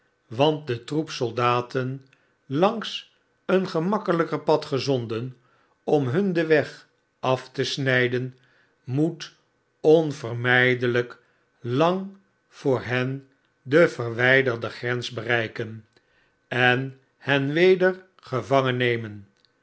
want de troep soldaten langs een gemakkelgker pad gezonden om hun den weg af te sngden moet onvermgdelgk lang voor hen de verwgderde grens bereiken en hen weder